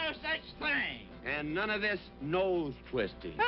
ah such thing! and none of this nose-twisting.